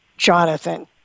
Jonathan